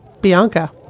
Bianca